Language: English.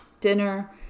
Dinner